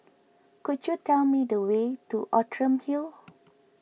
could you tell me the way to Outram Hill